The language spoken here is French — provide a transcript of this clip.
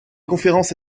conférences